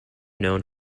known